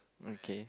okay